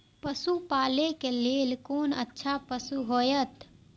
पशु पालै के लेल कोन अच्छा पशु होयत?